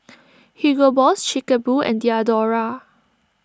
Hugo Boss Chic A Boo and Diadora